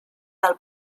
del